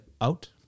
out